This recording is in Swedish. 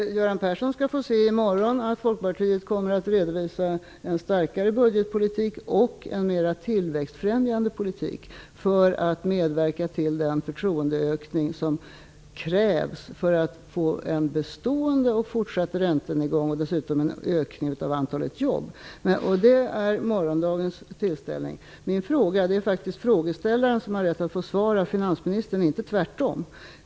Göran Persson skall i morgon få se att Folkpartiet kommer att redovisa en starkare budgetpolitik och en mera tillväxtfrämjande politik för att medverka till den förtroendeökning som krävs för att få en bestående och fortsatt räntenedgång och dessutom en ökning av antalet jobb. Det är morgondagens tillställning. Det är faktiskt frågeställaren som har rätt att få svar av finansministern och inte tvärtom.